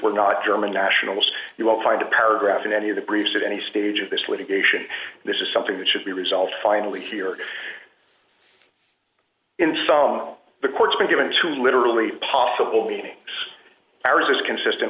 were not german nationals you will find a paragraph in any of the briefs at any stage of this litigation this is something that should be resolved finally here in the courts been given to literally possible meanings or is consistent